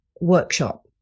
workshop